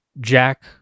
Jack